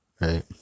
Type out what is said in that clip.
Right